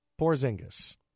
Porzingis